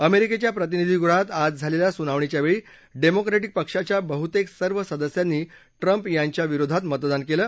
अमेरिकेच्या प्रतिनिधीगृहात आज झालेल्या सुनावणीच्या वेळी डेनोक्री क्रि पक्षाच्या बहुतेक सर्व सदस्यांनी ट्रंप यांच्याविरोधात मतदान केल